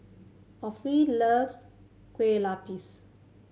loves Kueh Lopes